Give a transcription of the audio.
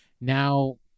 now